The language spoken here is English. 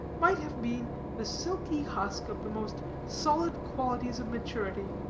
might have been the silky husk of the most solid qualities of maturity.